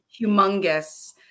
humongous